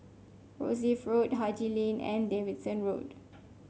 Rosyth Road Haji Lane and Davidson Road